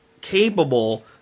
capable